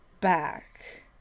back